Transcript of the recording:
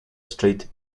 street